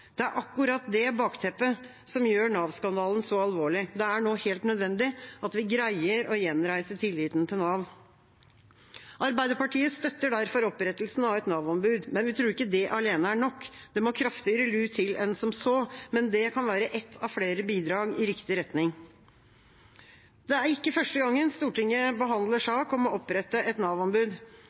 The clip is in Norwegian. Det er akkurat det bakteppet som gjør Nav-skandalen så alvorlig. Det er nå helt nødvendig at vi greier å gjenreise tilliten til Nav. Arbeiderpartiet støtter derfor opprettelsen av et Nav-ombud, men vi tror ikke det alene er nok. Det må kraftigere lut til enn som så, men det kan være ett av flere bidrag i riktig retning. Det er ikke første gangen Stortinget behandler sak om å opprette et